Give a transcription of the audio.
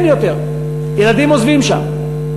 אין יותר, ילדים עוזבים שם.